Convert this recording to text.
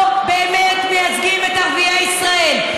לא באמת מייצגים את ערביי ישראל,